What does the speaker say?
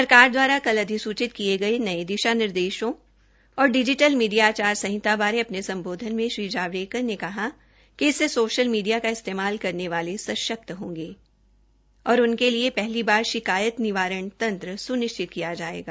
सरकार द्वारा कल अध्रिसचित किये गये नये दिशा निर्देशो और डिजीटल मीडिया आचार संहिता बारे अपने सम्बोधन में श्री जावडेकर ने कहा कि इससे सोशल मीडिया का इस्तेमाल करने वले सशक्त होंगे और उनके लिए पहली बार शिकायत निवारण तंत्र स्निश्चित किया जायेगा